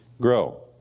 grow